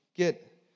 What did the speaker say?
Get